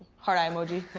heart eye emoji.